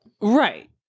Right